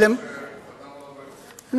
כולל מה שהוא חתם עליו היום?